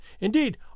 Indeed